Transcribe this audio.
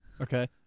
Okay